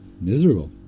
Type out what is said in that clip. miserable